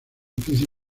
difícil